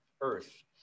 earth